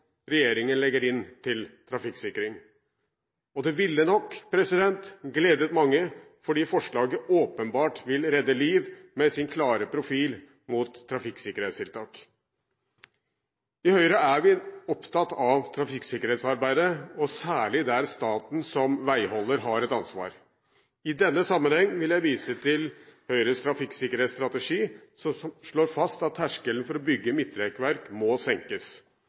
regjeringen legger inn til trafikksikring. Og det ville nok gledet mange, fordi forslaget åpenbart vil redde liv – med sin klare profil mot trafikksikkerhetstiltak. I Høyre er vi opptatt av trafikksikkerhetsarbeidet og særlig der staten som veiholder har et ansvar. I denne sammenheng vil jeg vise til Høyres trafikksikkerhetsstrategi, som slår fast at terskelen for å bygge midtrekkverk må senkes.